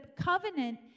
covenant